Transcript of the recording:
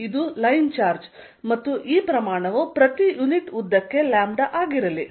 ಇದು line charge ಮತ್ತು ಈ ಪ್ರಮಾಣವು ಪ್ರತಿ ಯೂನಿಟ್ ಉದ್ದಕ್ಕೆ ಲ್ಯಾಂಬ್ಡಾ ಆಗಿರಲಿ